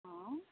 आउ